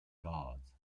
guards